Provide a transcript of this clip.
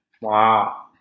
Wow